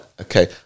okay